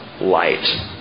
light